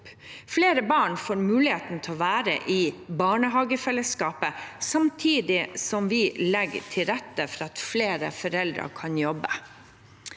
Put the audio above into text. Flere barn får mulighet til å være med i barnehagefellesskapet, samtidig som vi legger til rette for at flere foreldre kan jobbe.